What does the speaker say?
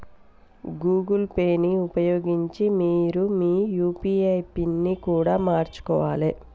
Google Pay ని ఉపయోగించి మీరు మీ యూ.పీ.ఐ పిన్ని కూడా మార్చుకోవాలే